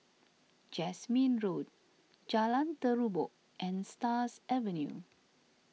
Jasmine Road Jalan Terubok and Stars Avenue